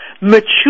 mature